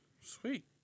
Sweet